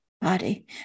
body